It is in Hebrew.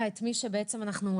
אז שעצורים יחכו גם 100 שנה.